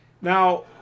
Now